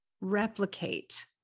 replicate